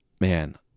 man